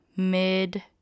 mid